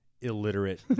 illiterate